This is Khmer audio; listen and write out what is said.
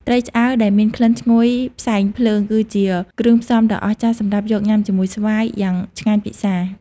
ត្រីឆ្អើរដែលមានក្លិនឈ្ងុយផ្សែងភ្លើង គឺជាគ្រឿងផ្សំដ៏អស្ចារ្យសម្រាប់យកញាំជាមួយស្វាយ យ៉ាងឆ្ងាញ់ពិសា។